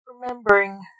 remembering